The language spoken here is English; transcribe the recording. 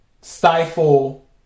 stifle